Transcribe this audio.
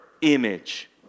image